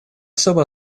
особо